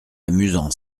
amusant